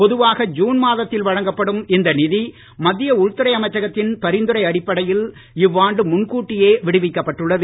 பொதுவாக ஜுன் மாதத்தில் வழங்கப்படும் இந்த நிதி மத்திய உள்துறை அமைச்சகத்தின் பரிந்துரை அடிப்படையில் இவ்வாண்டு முன் கூட்டியே விடுவிக்கப்பட்டுள்ளது